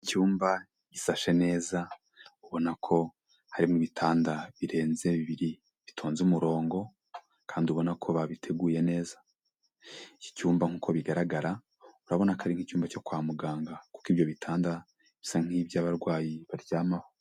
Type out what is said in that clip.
Icyumba gishashe neza, ubona ko harimo ibitanda birenze bibiri bitonze umurongo kandi ubona ko babiteguye neza, iki cyumba nk'uko bigaragara urabona ko ari nk'icyumba cyo kwa muganga kuko ibyo bitanda bisa nk'ibyo abarwayi baryamaho.